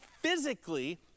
physically